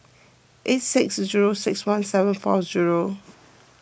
eight six zero six one seven four zero